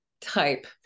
type